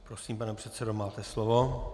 Prosím, pane předsedo, máte slovo.